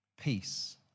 peace